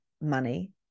money